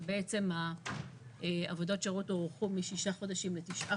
ובעצם עבודות השירות הוארכו משישה חודשים לתשעה